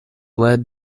led